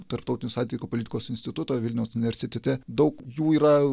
tarptautinių santykių politikos instituto vilniaus universitete daug jų yra